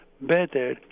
better